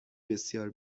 بسیار